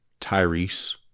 Tyrese